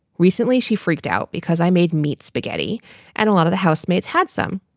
recently she freaked out because i made meat, spaghetti and a lot of the housemates had some.